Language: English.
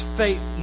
faith